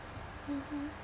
mmhmm